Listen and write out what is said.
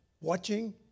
watching